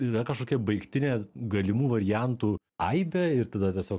ir yra kažkokia baigtinė galimų variantų aibė ir tada tiesiog